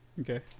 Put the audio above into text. Okay